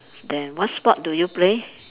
then what sport do you play